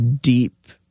deep